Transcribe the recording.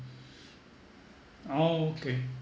oh okay